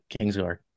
Kingsguard